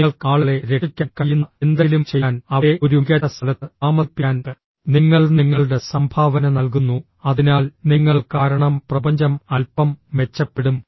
നിങ്ങൾക്ക് ആളുകളെ രക്ഷിക്കാൻ കഴിയുന്ന എന്തെങ്കിലും ചെയ്യാൻ അവരെ ഒരു മികച്ച സ്ഥലത്ത് താമസിപ്പിക്കാൻ നിങ്ങൾ നിങ്ങളുടെ സംഭാവന നൽകുന്നു അതിനാൽ നിങ്ങൾ കാരണം പ്രപഞ്ചം അൽപ്പം മെച്ചപ്പെടും